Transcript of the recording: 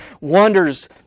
wonders